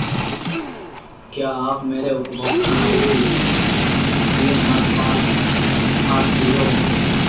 क्या आप मेरे उपभोगता आई डी तीन आठ पाँच आठ जीरो